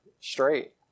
straight